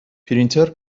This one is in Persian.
پرینتر